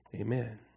Amen